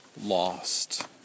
lost